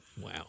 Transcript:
Wow